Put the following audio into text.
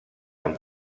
amb